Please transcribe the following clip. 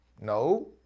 No